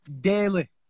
daily